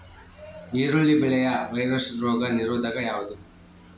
ಈರುಳ್ಳಿ ಬೆಳೆಯ ವೈರಸ್ ರೋಗ ನಿರೋಧಕ ಯಾವುದು?